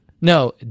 No